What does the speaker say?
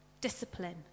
discipline